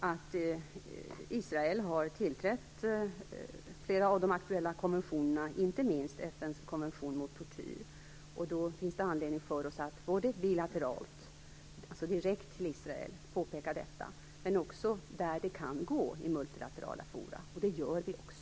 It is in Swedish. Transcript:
Eftersom Israel har biträtt flera av de aktuella konventionerna, inte minst FN:s konvention mot tortyr, finns det anledning för oss att påpeka detta både bilateralt, dvs. direkt till Israel, men också, där det går, i multilaterala fora. Detta gör vi också.